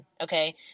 okay